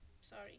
Sorry